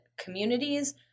communities